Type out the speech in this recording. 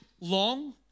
long